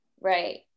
Right